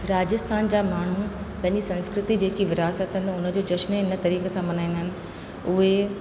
राजस्थान जा माण्हू पंहिंजी संस्कृति जेकी विरासतनि हुन जो जशन इन तरीक़े सां मल्हाईंदा आहिनि उहे